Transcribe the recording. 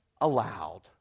allowed